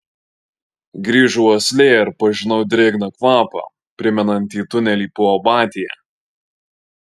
grįžo uoslė ir pažinau drėgną kvapą primenantį tunelį po abatija